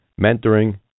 mentoring